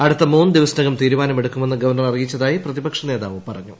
അടുത്ത മൂന്നു ദിവസത്തിനകം തീരുമാന്നമെടുക്കുമെന്ന് ഗവർണർ അറിയിച്ചതായി പ്രതിപക്ഷ നേതാവ് പറഞ്ഞു